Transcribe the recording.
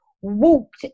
walked